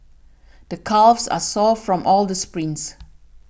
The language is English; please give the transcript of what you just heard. the calves are sore from all the sprints